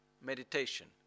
meditation